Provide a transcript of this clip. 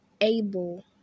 able